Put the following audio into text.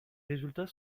résultats